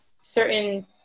certain